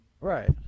Right